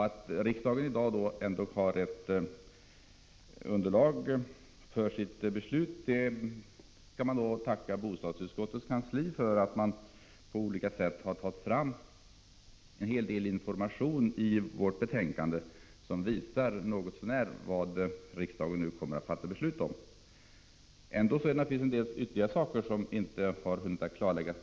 Att riksdagen i dag ändå har ett underlag för sitt beslut skall vi tacka bostadsutskottets kansli för, som på olika sätt har tagit fram en hel del information som något så när visar vad riksdagen nu kommer att fatta beslut om. Ändå är det naturligtvis en del ytterligare förhållanden som inte kunnat klarläggas.